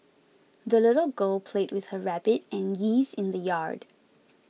the little girl played with her rabbit and geese in the yard